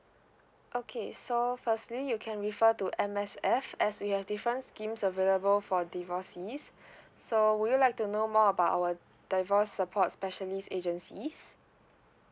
okay so firstly you can refer to M_S_F as we have different schemes available for divorcees so would you like to know more about our divorce support specialist agencies